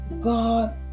God